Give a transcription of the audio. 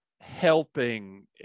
helping